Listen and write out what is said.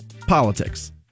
politics